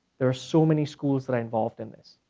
there are so many schools that i involved in this.